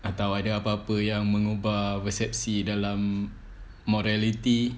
atau ada apa-apa yang mengubah persepsi dalam morality